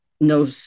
no